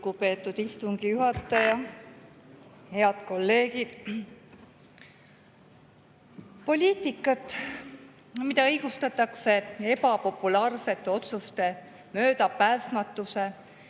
Lugupeetud istungi juhataja! Head kolleegid! Poliitikat, mida õigustatakse ebapopulaarsete otsuste, möödapääsmatuse,